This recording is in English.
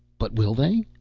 but will they?